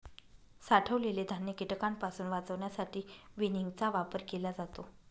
साठवलेले धान्य कीटकांपासून वाचवण्यासाठी विनिंगचा वापर केला जातो